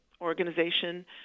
organization